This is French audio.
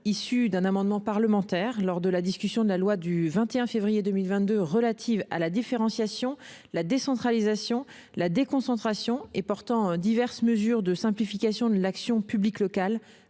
d'un amendement parlementaire lors de la discussion de la loi du 21 février 2022 relative à la différenciation, la décentralisation, la déconcentration et portant diverses mesures de simplification de l'action publique locale